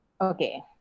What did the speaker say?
okay